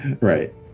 Right